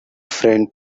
friend